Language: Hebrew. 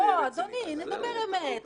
בוא, אדוני, נדבר אמת.